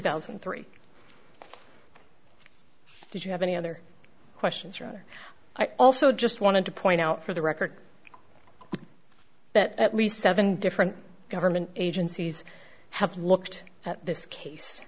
thousand and three did you have any other questions or i also just want to point out for the record that at least seven different government agencies have looked at this case